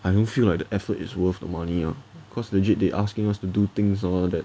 I don't feel like the effort is worth the money ah cause legit they asking us to do things and all that